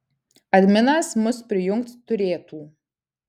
adminas mus prijungt turėtų